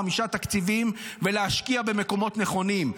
חמישה תקציבים ולהשקיע במקומות נכונים.